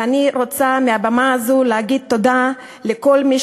ואני רוצה מהבמה הזאת להגיד תודה לכל מי